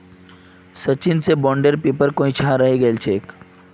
सचिन स बॉन्डेर पेपर कोई छा हरई गेल छेक